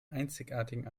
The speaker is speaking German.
einzigartigen